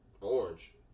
orange